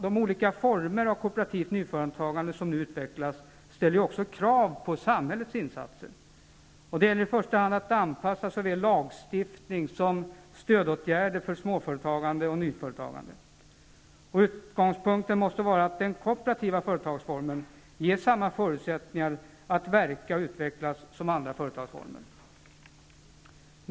De olika former av kooperativt nyföretagande som nu utvecklas ställer ju också krav på samhällets insatser. Det gäller i första hand att anpassa såväl lagstiftning som stödåtgärder för småföretagande och nyföretagande. Utgångspunkten måste vara att den kooperativa företagsformen ges samma förutsättningar att verka och utvecklas som andra företagsformer.